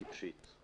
טיפשית.